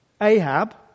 Ahab